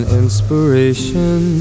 inspiration